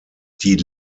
die